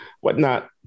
whatnot